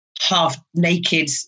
half-naked